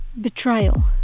Betrayal